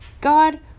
God